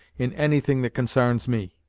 in any thing that consarns me.